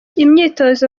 imyitozo